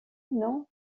non